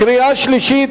קריאה שלישית,